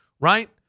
right